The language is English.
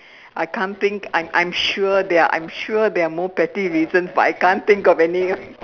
I can't think I'm I'm sure there are I'm sure there are more petty reasons but I can't think of any